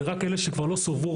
זה רק אלה שכבר לא סורבו,